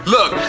Look